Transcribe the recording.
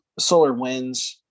SolarWinds